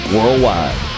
Worldwide